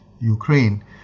Ukraine